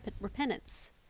Repentance